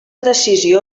decisió